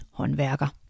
håndværker